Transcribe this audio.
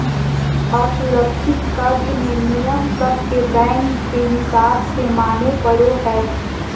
असुरक्षित कर्ज मे नियम सब के बैंक के हिसाब से माने पड़ो हय